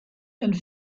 and